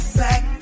back